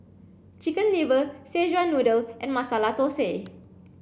chicken liver Szechuan noodle and Masala Thosai